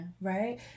Right